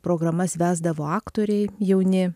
programas vesdavo aktoriai jauni